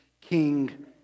king